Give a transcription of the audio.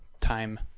time